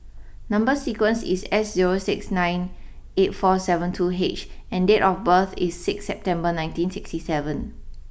number sequence is S zero six nine eight four seven two H and date of birth is six September nineteen sixty seven